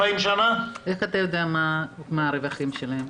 איך אתה יודע מה הרווחים שלהם?